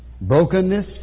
Brokenness